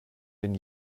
den